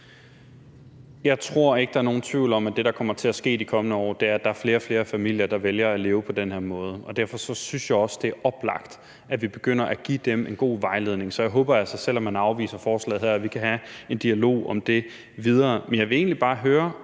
Jeg tror ikke, der er nogen tvivl om, at det, der kommer til at ske i de kommende år, er, at der er flere og flere familier, der vælger at leve på den her måde, og derfor synes jeg også, det er oplagt, at vi begynder at give dem en god vejledning. Så jeg håber altså, at vi, selv om man afviser forslaget her, kan have en dialog om det videre. Men jeg vil egentlig bare høre,